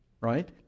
Right